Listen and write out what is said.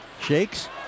Shakes